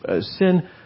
sin